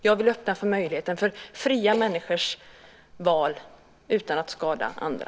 Jag vill öppna för möjligheten, för fria människors val utan att skada andra.